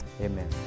Amen